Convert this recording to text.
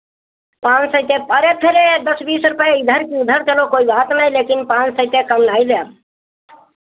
पाँच सौ से अरे फिर दस बीस रुपए इधर कि उधर चलो कोई बात नहीं लेकिन पाँच सौ से कम नहीं लेब